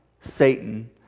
Satan